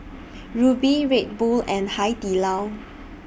Rubi Red Bull and Hai Di Lao